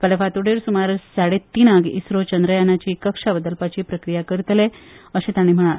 फाल्या फातोडेर सुमार साडे तीनांक इस्त्रो चंद्रयानाची कक्षा बदलपाची प्रक्रिया करतले अशे ताणी म्हळा